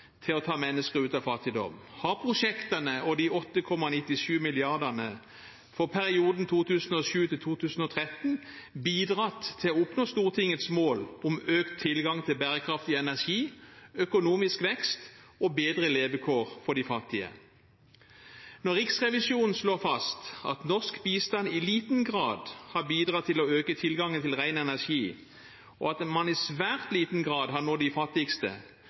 til å ta mennesker ut av fattigdom. Har prosjektene og de 8,97 mrd. kronene i perioden 2007–2013 bidratt til å oppnå Stortingets mål om økt tilgang til bærekraftig energi, økonomisk vekst og bedre levekår for de fattige? Når Riksrevisjonen slår fast at norsk bistand i liten grad har bidratt til å øke tilgangen til ren energi, og at man i svært liten grad har nådd de fattigste,